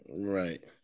Right